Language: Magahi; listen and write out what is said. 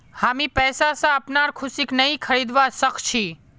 हामी पैसा स अपनार खुशीक नइ खरीदवा सख छि